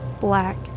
black